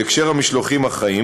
בקשר למשלוחים החיים,